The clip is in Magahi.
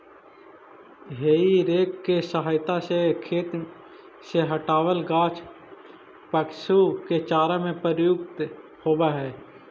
हेइ रेक के सहायता से खेत से हँटावल गाछ पशु के चारा में प्रयुक्त होवऽ हई